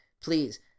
please